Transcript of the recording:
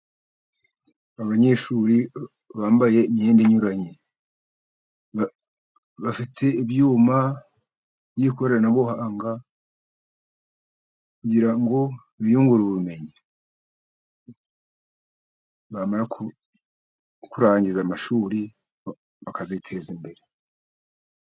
Abanyeshuri bambaye imyenda inyuranye bafite ibyuma by'ikoranabuhanga, kugira ngo biyungure ubumenyi, bamara kurangiza amashuri bakaziteza imbere.